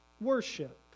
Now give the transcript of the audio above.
worship